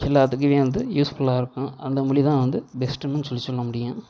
எல்லாத்துக்குமே வந்து யூஸ்ஃபுல்லாக இருக்கும் அந்த மொழி தான் வந்து பெஸ்ட்டுனும் சொல்லி சொல்ல முடியும்